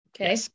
okay